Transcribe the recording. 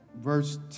verse